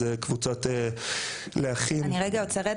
אז קבוצות --- אני רגע עוצרת אותך.